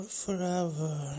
forever